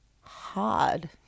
hard